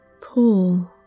Pull